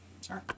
Sorry